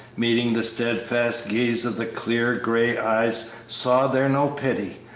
meeting the steadfast gaze of the clear, gray eyes, saw there no pity,